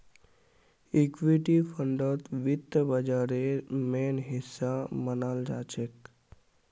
equity फंडक वित्त बाजारेर मेन हिस्सा मनाल जाछेक